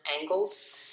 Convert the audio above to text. angles